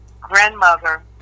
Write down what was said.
grandmother